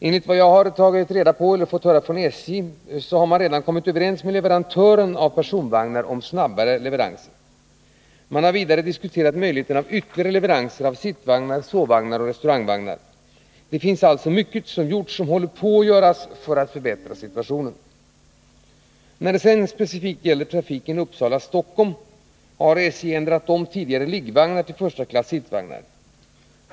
Enligt vad jag inhämtat har SJ vidare redan kommit överens med leverantören av personvagnar om snabbare leveranser. Man har vidare diskuterat möjligheterna av ytterligare leveranser av sittvagnar, sovvagnar och restaurangvagnar. Det finns alltså många åtgärder som håller på att vidtas för att förbättra situationen. När det gäller trafiken mellan Uppsala och Stockholm har SJ ändrat om tidigare liggvagnar till 1 klass sittvagnar.